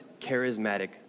charismatic